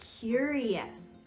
curious